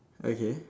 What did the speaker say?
okay